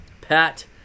Pat